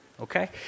okay